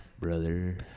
brother